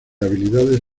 habilidades